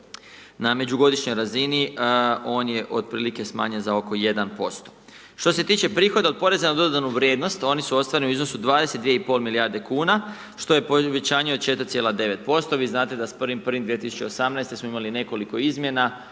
na međugodišnjoj razini on je od prilike smanjen za oko 1%. Što se tiče prihoda od poreza na dodanu vrijednost, oni su ostvareni u iznosu 22,5 milijarde kuna, što je povećanje od 4,9%, vi znate da s 1.1.2018. smo imali nekoliko izmjena,